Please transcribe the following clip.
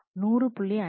அது 100